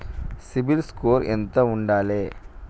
CIBIL score ఎంత ఉండాలే?